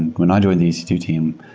when i joined the e c two team,